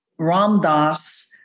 Ramdas